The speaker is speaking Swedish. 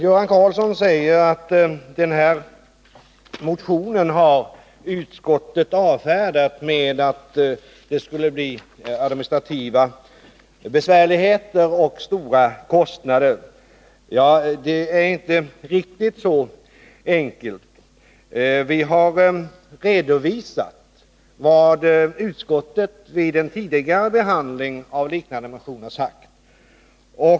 Göran Karlsson säger att utskottet har avfärdat socialdemokraternas motion med att det skulle bli administrativa besvärligheter och stora kostnader. Ja, det är inte riktigt så enkelt. Vi har redovisat vad utskottet vid tidigare behandling av liknande motioner anfört.